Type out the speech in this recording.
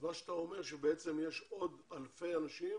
אז מה שאתה אומר, שבעצם יש עוד אלפי אנשים